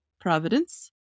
Providence